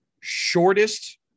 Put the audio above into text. shortest